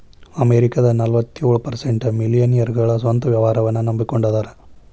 ಅಮೆರಿಕದ ನಲವತ್ಯೊಳ ಪರ್ಸೆಂಟ್ ಮಿಲೇನಿಯಲ್ಗಳ ಸ್ವಂತ ವ್ಯವಹಾರನ್ನ ನಂಬಕೊಂಡ ಅದಾರ